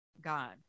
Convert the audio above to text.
God